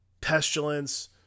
pestilence